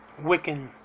Wiccan